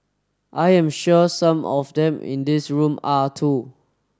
I am sure some of them in this room are too